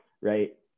right